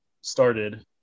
started